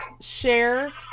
share